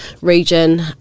region